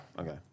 Okay